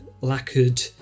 lacquered